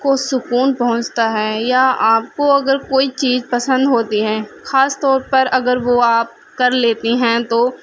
کو سکون پہنچتا ہے یا آپ کو اگر کوئی چیز پسند ہوتی ہیں خاص طور پر اگر وہ آپ کر لیتی ہیں تو